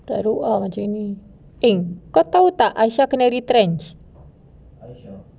teruk macam ini eh kau tahu tak aisha kena retrenched